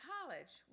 College